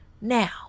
now